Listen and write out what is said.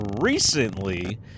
recently